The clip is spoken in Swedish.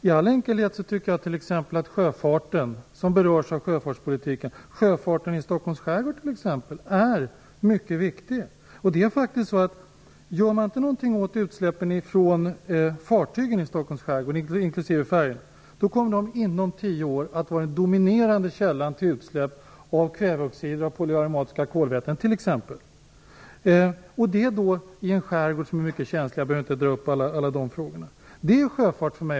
I all enkelhet tycker jag att t.ex. sjöfarten i Stockholms skärgård, som berörs av sjöfartspolitiken, är mycket viktig. Gör man inte någonting åt utsläppen från fartygen i Stockholms skärgård, inklusive färjorna, kommer de inom tio år att vara den dominerande källan till utsläpp av kväveoxider och polyarmatiska kolväten t.ex., detta i en skärgård som är mycket känslig - jag behöver inte dra upp alla dessa frågor. Det är också sjöfart för mig.